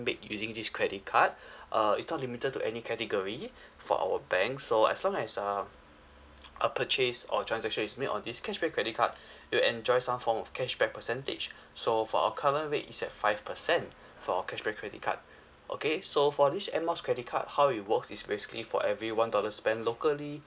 made using this credit card uh it's not limited to any category for our bank so as long as um a purchase or transaction is made on this cashback credit card you'll enjoy some form of cashback percentage so for our current rate is at five percent for our cashback credit card okay so for this airmiles credit card how it works is basically for every one dollar spent locally